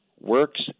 works